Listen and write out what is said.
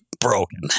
broken